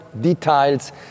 details